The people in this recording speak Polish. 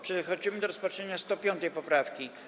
Przechodzimy do rozpatrzenia 105. poprawki.